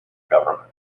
government